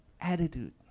attitude